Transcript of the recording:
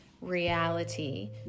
reality